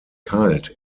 kalt